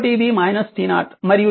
కాబట్టి ఇది t0